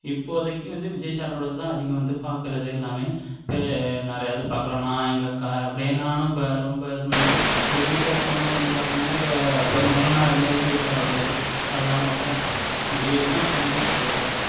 இப்போதைக்கு வந்து விஜய் சாரோடது தான் அதிகம் வந்து பார்க்கறது எல்லாமே ஏ நிறையா இது பார்க்கறோம் நான் எங்கள் அக்கா அப்படியே நானும் இப்போ ரொம்ப இது பண்ணி எங்கள் வீட்டில இருக்கவங்களும் வந்து பார்த்தீங்கன்னா இப்போ பெரும்பாலும் நான் இருந்தால் விஜய் சாரோடது அது தான் பார்ப்போம் விஜய்யிது தான் இப்போ அதிகம் பார்த்துட்ருக்கோம்